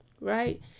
right